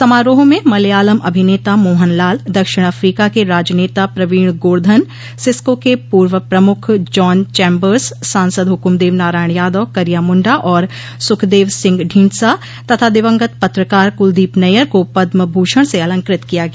समारोह में मलयालम अभिनेता मोहनलाल दक्षिण अफ्रीका के राजनेता प्रवीण गोर्धन सिस्को के पूर्व प्रमुख जॉन चैंबर्स सांसद हुकुमदेव नारायण यादव करिया मुंडा और सुखदेव सिंह ढींढसा तथा दिवंगत पत्रकार कुलदीप नैय्यर को पदम भूषण से अलंकृत किया गया